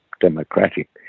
democratic